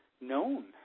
Known